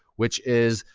which is,